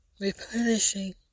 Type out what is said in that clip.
replenishing